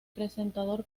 presentador